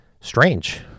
strange